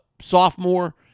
sophomore